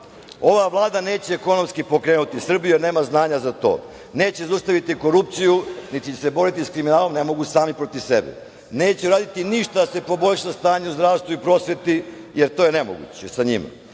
Ova Vlada neće ekonomski pokrenuti Srbiju, jer nema znanja za to. Neće zaustaviti korupciju, niti se boriti sa kriminalom, ne mogu sami protiv sebe. Neće uraditi ništa da se poboljša stanje u zdravstvu i prosveti, jer to je nemoguće sa njima.